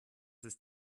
ist